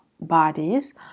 bodies